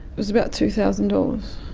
was about two thousand dollars.